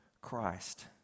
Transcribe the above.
Christ